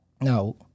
Now